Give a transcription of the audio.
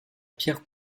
pierre